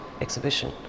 exhibition